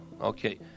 okay